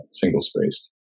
single-spaced